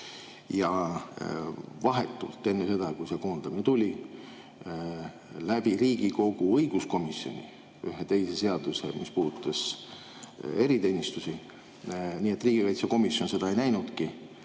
Ja vahetult enne seda, kui see koondamine tuli, läks Riigikogu õiguskomisjonis ühe teise seadus[eelnõu raames], mis puudutas eriteenistusi, nii et riigikaitsekomisjon seda ei näinudki,